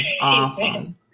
Awesome